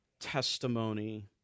Testimony